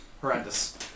horrendous